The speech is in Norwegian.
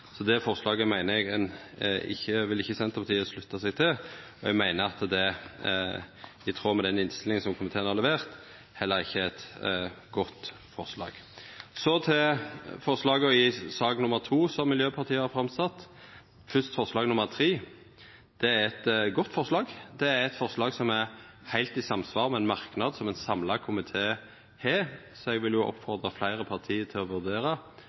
så det forslaget vil ikkje Senterpartiet slutta seg til. Eg meiner at det i tråd med den innstillinga som komiteen har levert, heller ikkje er eit godt forslag. Så til forslaga i sak nr. 2 som Miljøpartiet Dei Grøne har sett fram. Først forslag nr. 3: Det er eit godt forslag, det er eit forslag som er heilt i samsvar med ein merknad som ein samla komité har, så eg vil oppmoda fleire parti til å vurdera